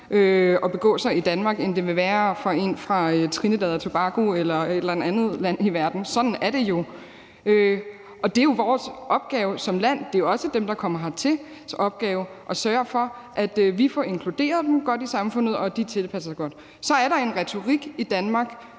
at begå sig i Danmark, end det vil være for en fra Trinidad og Tobago eller et eller andet land i verden. Sådan er det jo. Det er jo vores opgave som land, og det er også opgaven for dem, der kommer hertil, at sørge for, at vi får inkluderet dem godt i samfundet, og at de tilpasser sig godt. Så er der en retorik i Danmark,